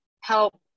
help